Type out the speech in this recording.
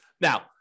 Now